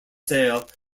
sale